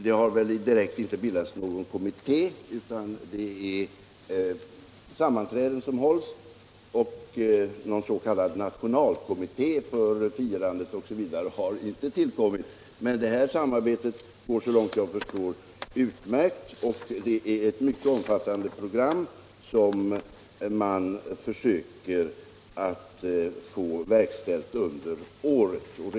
Det har inte direkt bildats någon kommitté, utan det är sammanträden som hålls. Någon s.k. nationalkommitté för firandet osv. har inte tillsatts, men det här samarbetet går så långt jag förstår utmärkt. Det är ett mycket omfattande program man försöker att få verkställt under året.